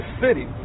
city